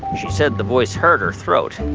she said the voice hurt her throat.